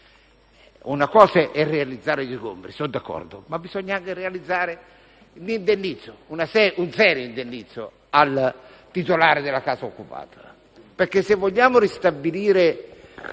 Una cosa è realizzare gli sgombri - e sono d'accordo - ma bisogna anche realizzare l'indennizzo, un serio indennizzo al titolare della casa occupata, perché se vogliamo ristabilire